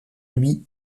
lui